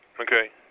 Okay